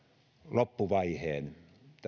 loppuvaiheen